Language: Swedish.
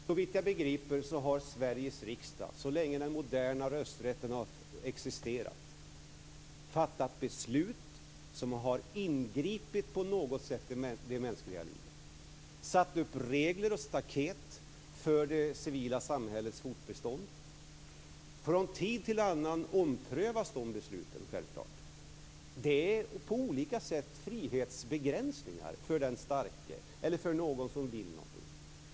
Fru talman! Såvitt jag begriper har Sveriges riksdag, så länge den moderna rösträtten har existerat, fattat beslut som har ingripit i det mänskliga livet, satt upp regler och staket för det civila samhällets fortbestånd. Från tid till annan omprövas de besluten. Det är på olika sätt fråga om frihetsbegränsningar för den starke eller den som vill något.